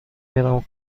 میرم